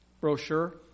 brochure